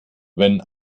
wenn